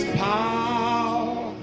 power